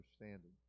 understanding